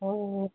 ꯑꯣ